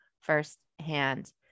firsthand